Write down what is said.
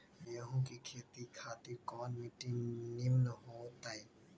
गेंहू की खेती खातिर कौन मिट्टी निमन हो ताई?